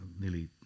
nearly